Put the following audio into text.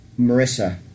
Marissa